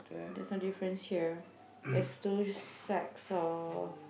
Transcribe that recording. there's no different here there's two sacks of